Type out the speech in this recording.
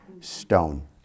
stone